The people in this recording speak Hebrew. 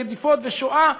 רדיפות ושואה,